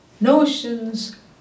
notions